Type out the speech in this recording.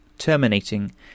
Terminating